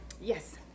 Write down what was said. Yes